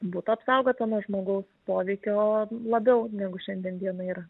būtų apsaugota nuo žmogaus poveikio labiau negu šiandien dienai yra